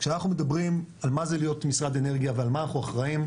כשאנחנו מדברים על מה זה להיות משרד אנרגיה ועל מה אנחנו אחראים,